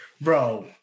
Bro